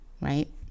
right